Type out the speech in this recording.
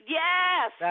yes